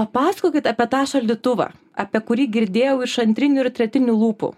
papasakokit apie tą šaldytuvą apie kurį girdėjau iš antrinių ir tretinių lūpų